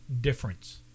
difference